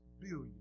billion